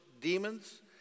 demons